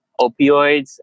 opioids